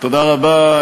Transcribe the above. תודה רבה,